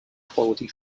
quality